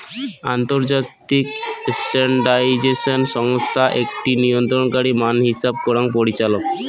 আন্তর্জাতিক স্ট্যান্ডার্ডাইজেশন সংস্থা আকটি নিয়ন্ত্রণকারী মান হিছাব করাং পরিচালক